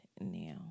now